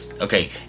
Okay